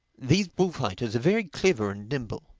these bullfighters are very clever and nimble.